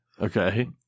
Okay